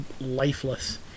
lifeless